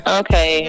okay